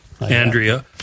Andrea